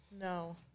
No